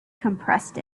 compressed